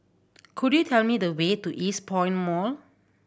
could you tell me the way to Eastpoint Mall